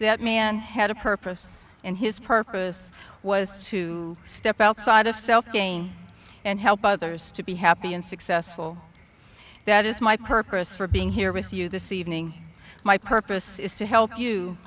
that man had a purpose and his purpose was to step outside of self again and help others to be happy and successful that is my purpose for being here with you this evening my purpose is to help you